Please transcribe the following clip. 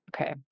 Okay